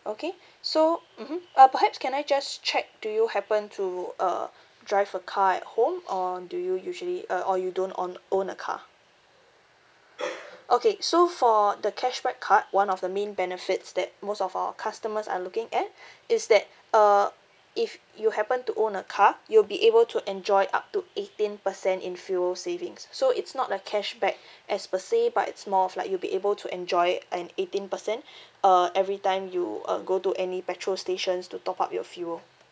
okay so mmhmm uh perhaps can I just check do you happen to uh drive a car at home or do you usually uh or you don't own own a car okay so for the cashback card one of the main benefits that most of our customers are looking at is that uh if you happen to own a car you'll be able to enjoy up to eighteen percent in fuel savings so it's not a cashback as per se but it's more of like you'll be able to enjoy it an eighteen percent uh every time you uh go to any petrol stations to top up your fuel